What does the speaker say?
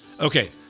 Okay